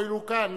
הואיל והוא כאן,